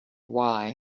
why